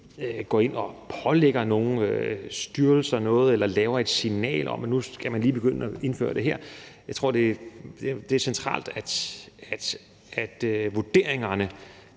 går ind og pålægger nogen styrelser noget eller sender et signal om, at nu skal man begynde at indføre det her. Jeg tror, det er centralt, at vurderingerne